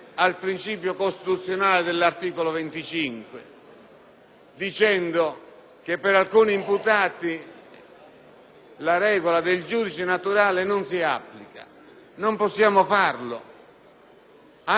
sostenendo che per alcuni imputati la regola del giudice naturale non si applica: non possiamo farlo, anche se il motivo è nobile.